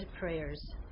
prayers